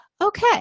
Okay